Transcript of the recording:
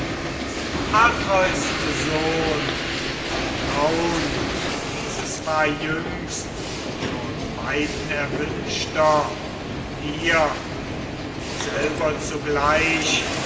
atreus sohn traun dieses war jüngst schon beiden erwünschter dir und mir selber zugleich